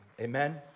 Amen